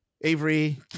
Avery